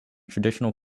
traditional